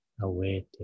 awaiting